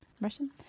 Russian